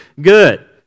good